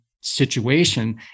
situation